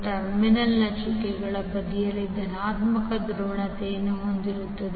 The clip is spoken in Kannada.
ಟರ್ಮಿನಲ್ನ ಚುಕ್ಕೆಗಳ ಬದಿಯಲ್ಲಿ ಧನಾತ್ಮಕ ಧ್ರುವೀಯತೆಯನ್ನು ಹೊಂದಿರುತ್ತದೆ